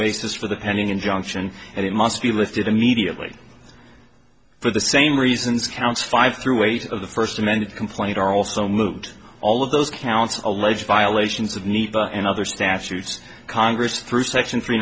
basis for the pending injunction and it must be lifted immediately for the same reasons counts five through eight of the first amended complaint are also moved all of those counts alleged violations of neat and other statutes congress through section three